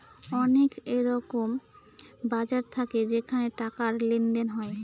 অনেক এরকম বাজার থাকে যেখানে টাকার লেনদেন হয়